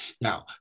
Now